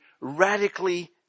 radically